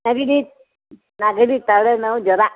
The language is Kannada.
ನೆಗಡಿ ನೆಗಡಿ ತಲೆನೋವು ಜ್ವರ